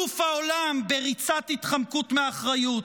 אלוף העולם בריצת התחמקות מאחריות.